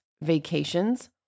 vacations